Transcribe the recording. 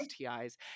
STIs